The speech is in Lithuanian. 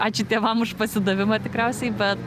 ačiū tėvam už pasidavimą tikriausiai bet